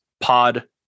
Pod